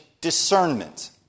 discernment